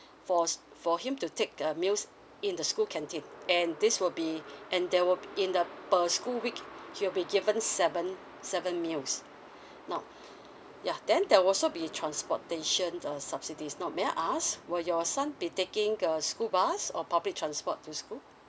for s~ for him to take a meals in the school canteen and this would be and they will in the per school week he will be given seven seven meals now ya then there also be transportation uh subsidies now may I ask were your son be taking a school bus or public transport to school